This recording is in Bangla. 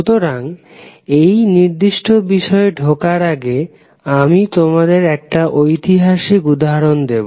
সুতরাং এই নির্দিষ্ট বিষয়ে ঢোকার আগে আমি তোমাদের একটা ঐতিহাসিক উদাহরণ দেব